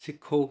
ਸਿੱਖੋ